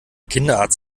kinderarzt